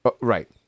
Right